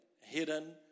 hidden